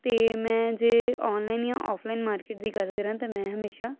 ਅਤੇ ਮੈਂ ਜੇ ਆਨਲਾਈਨ ਜਾਂ ਆਫਲਾਈਨ ਮਾਰਕੀਟ ਦੀ ਗੱਲ ਕਰਾਂ ਤਾਂ ਮੈਂ ਹਮੇਸ਼ਾ